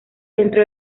dentro